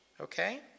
okay